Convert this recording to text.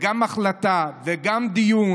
וגם החלטה וגם דיון.